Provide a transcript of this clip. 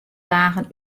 dagen